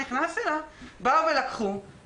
בואו נשים את